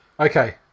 Okay